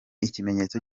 ikimenyetso